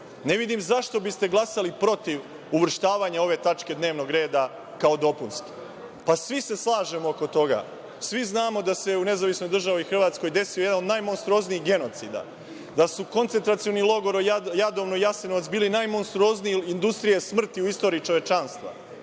Ne vidim zašto biste glasali protiv uvrštavanja ove tačke dnevnog reda kao dopunske? Svi se slažemo oko toga. Svi znamo da se u Nezavisnoj državi Hrvatskoj desio jedan od najmonstruoznijih genocida, da su koncetracioni logori Jadovno i Jasenovac bili najmonstruoznije industrije smrti u istoriji čovečanstva,